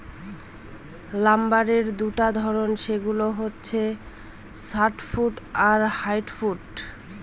লাম্বারের দুটা ধরন, সেগুলো হচ্ছে সফ্টউড আর হার্ডউড